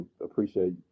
appreciate